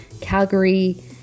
Calgary